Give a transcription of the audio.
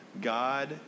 God